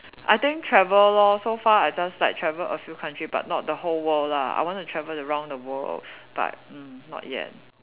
I think travel lor so far I just like travel a few country but not the whole world lah I want to travel around the world but mm not yet